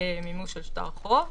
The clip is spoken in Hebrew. מימוש של שטר החוב.